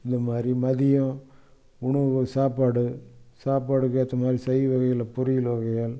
இந்தமாதிரி மதியம் உணவு சாப்பாடு சாப்பாட்டுக்கு ஏற்ற மாதிரி சைவ வகைகளில் பொரியல் வகைகள்